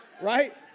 Right